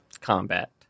combat